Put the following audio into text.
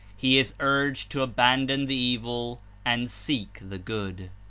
he is urged to abandon the evil and seek the good.